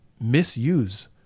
misuse